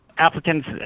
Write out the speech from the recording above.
Applicants